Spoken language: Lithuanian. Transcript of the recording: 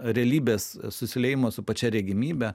realybės susiliejimo su pačia regimybe